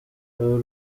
uru